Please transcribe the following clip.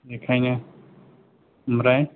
बेखायनो ओमफ्राय